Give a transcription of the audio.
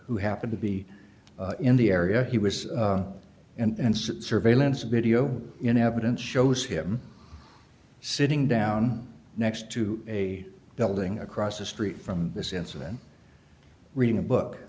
who happened to be in the area he was and surveillance video in evidence shows him sitting down next to a building across the street from this incident reading a book